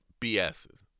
bs